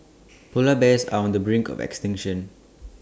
Polar Bears are on the brink of extinction